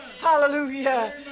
hallelujah